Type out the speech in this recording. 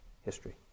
history